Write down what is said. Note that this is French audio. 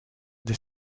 des